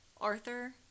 Arthur